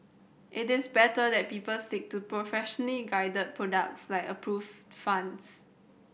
it is better that people stick to professionally guided products like approved funds